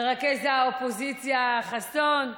מרכז האופוזיציה חסון,